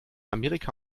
amerika